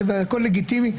הכול לגיטימי,